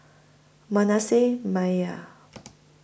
Manasseh Meyer